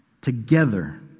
together